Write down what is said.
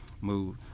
move